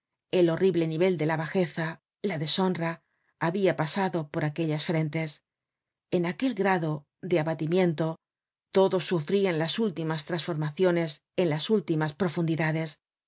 el horrible nivel de la bajeza la deshonra habia pasado por aquellas frentes en aquel grado de abatimiento todos sufrian las últimas trasformaciones en las últimas profundidades